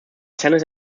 tennis